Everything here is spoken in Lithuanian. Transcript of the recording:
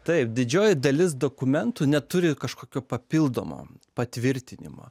taip didžioji dalis dokumentų neturi kažkokio papildomo patvirtinimo